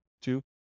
Two